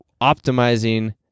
optimizing